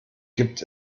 gibt